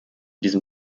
diesem